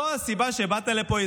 זו הסיבה שבאת לפה?